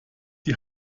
die